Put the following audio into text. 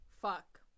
Fuck